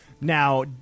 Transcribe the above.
Now